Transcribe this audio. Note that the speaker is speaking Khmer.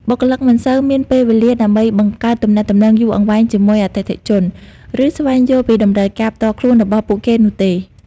បុគ្គលិកមិនសូវមានពេលវេលាដើម្បីបង្កើតទំនាក់ទំនងយូរអង្វែងជាមួយអតិថិជន ឬស្វែងយល់ពីតម្រូវការផ្ទាល់ខ្លួនរបស់ពួកគេនោះទេ។